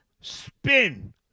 spin